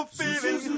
feeling